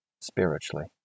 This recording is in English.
spiritually